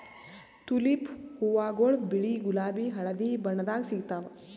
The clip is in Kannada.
ತುಲಿಪ್ ಹೂವಾಗೊಳ್ ಬಿಳಿ ಗುಲಾಬಿ ಹಳದಿ ಬಣ್ಣದಾಗ್ ಸಿಗ್ತಾವ್